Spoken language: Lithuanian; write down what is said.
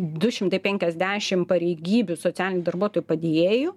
du šimtų penkiasdešim pareigybių socialinių darbuotojų padėjėjų